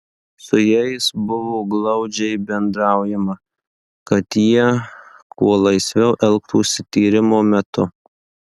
su jais buvo glaudžiai bendraujama kad jie kuo laisviau elgtųsi tyrimo metu